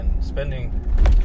spending